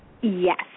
Yes